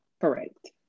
Correct